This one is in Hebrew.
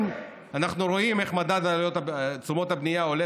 ואנחנו רואים איך מדד תשומות הבנייה עולה